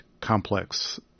complex